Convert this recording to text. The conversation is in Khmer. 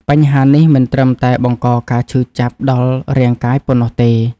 បញ្ហានេះមិនត្រឹមតែបង្កការឈឺចាប់ដល់រាងកាយប៉ុណ្ណោះទេ។